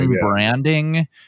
branding